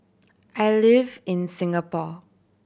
I live in Singapore